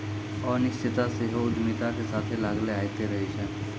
अनिश्चितता सेहो उद्यमिता के साथे लागले अयतें रहै छै